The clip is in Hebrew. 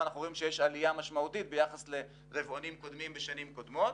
אנחנו רואים שיש עלייה משמעותית ביחס לרבעונים קודמים בשנים קודמות.